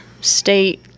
state